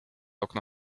okno